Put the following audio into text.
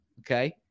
Okay